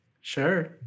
Sure